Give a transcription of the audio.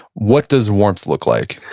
what does warmth look like?